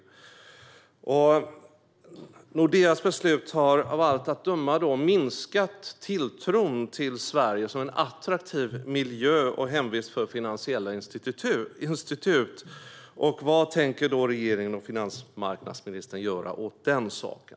Nordeas beslut har av allt att döma minskat tilltron till Sverige som en attraktiv miljö och hemvist för finansiella institut. Vad tänker regeringen och finansmarknadsministern göra åt den saken?